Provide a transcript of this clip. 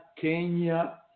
Kenya